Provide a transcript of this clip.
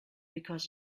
because